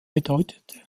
bedeutete